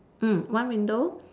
mm one window